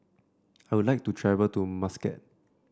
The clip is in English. I would like to travel to Muscat